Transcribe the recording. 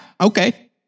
okay